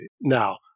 Now